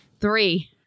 Three